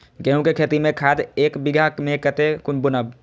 गेंहू के खेती में खाद ऐक बीघा में कते बुनब?